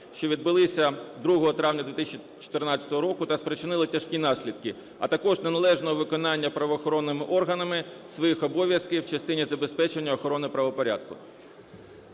що відбулись 2 травня 2014 року та спричинили тяжкі наслідки, а також неналежного виконання правоохоронними органами своїх обов'язків в частині забезпечення охорони правопорядку.